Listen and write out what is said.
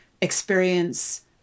experience